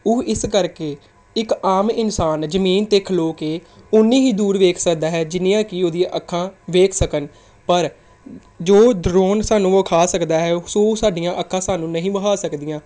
ਉਹ ਇਸ ਕਰਕੇ ਇੱਕ ਆਮ ਇਨਸਾਨ ਜਮੀਨ 'ਤੇ ਖਲੋ ਕੇ ਉੰਨੀ ਹੀ ਦੂਰ ਵੇਖ ਸਕਦਾ ਹੈ ਜਿੰਨੀਆਂ ਕਿ ਉਹਦੀਆਂ ਅੱਖਾਂ ਵੇਖ ਸਕਣ ਪਰ ਜੋ ਡਰੋਨ ਸਾਨੂੰ ਵਿਖਾ ਸਕਦਾ ਹੈ ਸਾਡੀਆਂ ਅੱਖਾਂ ਸਾਨੂੰ ਨਹੀਂ ਵਿਖਾ ਸਕਦੀਆਂ